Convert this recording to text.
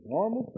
Normal